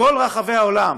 בכל רחבי העולם.